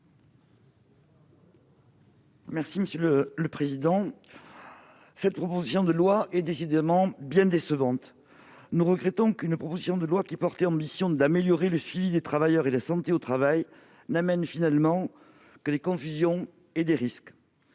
explication de vote. Cette proposition de loi est décidément bien décevante. Nous regrettons qu'un texte qui portait l'ambition d'améliorer le suivi des travailleurs et la santé au travail n'apporte finalement que de la confusion et des risques.